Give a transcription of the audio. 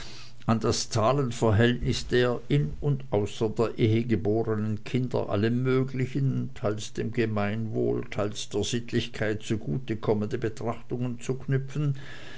an das zahlenverhältnis der in und außer der ehe geborenen kinder alle möglichen teils dem gemeinwohl teils der sittlichkeit zugute kommende betrachtungen zu knüpfen